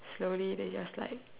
slowly they just like